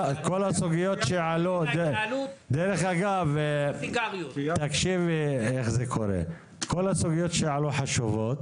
דרך אגב, כל הסוגיות שעלו חשובות,